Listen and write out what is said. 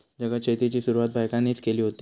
जगात शेतीची सुरवात बायकांनीच केली हुती